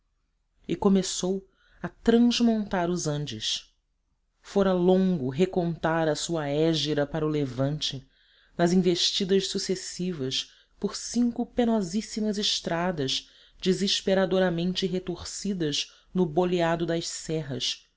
e começou a transmontar os andes fora longo recontar a sua hégira para o levante nas investidas sucessivas por cinco penosíssimas estradas desesperadoramente retorcidas no boleado das serras